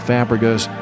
Fabregas